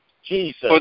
jesus